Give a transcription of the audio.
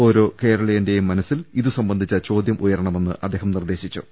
ഓരോ കേരളീയന്റെയും മനസിൽ ഇതു സംബന്ധിച്ച ചോദ്യം ഉയരണമെന്ന് അദ്ദേഹം നിർദ്ദേശിച്ചു